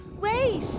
wait